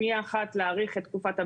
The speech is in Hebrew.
פנייה אחת להאריך את תקופת המעבר,